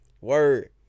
word